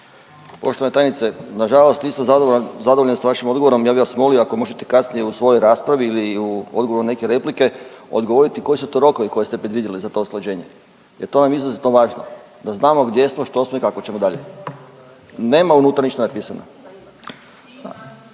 Poštovana tajnice, na žalost nisam zadovoljan sa vašim odgovorom. Ja bih vas molio ako možete kasnije u svojoj raspravi ili u odgovoru neke replike odgovoriti koji su to rokovi koje ste predvidjeli za to usklađenje, jer to nam je izuzetno važno da znamo gdje smo, što smo i kako ćemo dalje. Nema unutra ništa napisano.